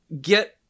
get